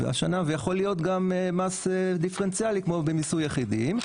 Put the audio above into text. ויכול להיות גם מס דיפרנציאלי כמו במיסוי יחידים,